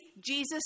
Jesus